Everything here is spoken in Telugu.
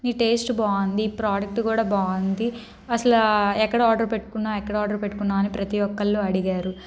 నీ టేస్ట్ బాగుంది ప్రోడక్ట్ కూడా బాగుంది అసలు ఎక్కడ ఆర్డర్ పెట్టుకున్నావు ఎక్కడ ఆర్డర్ పెట్టుకున్నావు అని ప్రతి ఒక్కరు అడిగారు